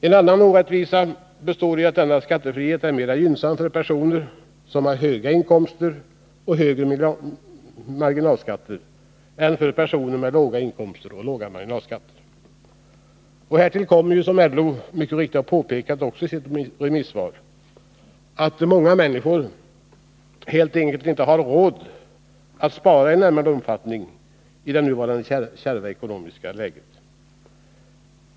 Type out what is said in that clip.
En annan orättvisa består i att denna skattefrihet är mera gynnsam för personer med höga inkomster och höga marginalskatter än för personer med låga inkomster och låga marginalskatter. Härtill kommer, som LO framhållit i sitt remissvar, att många människor helt enkelt inte har råd att spara i nämnvärd omfattning i det nuvarande kärva ekonomiska läget.